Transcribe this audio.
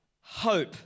hope